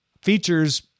features